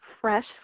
fresh